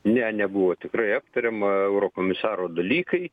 ne nebuvo tikrai aptariama eurokomisaro dalykai